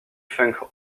funk